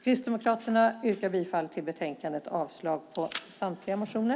Kristdemokraterna yrkar bifall till förslaget i betänkandet och avslag på samtliga motioner.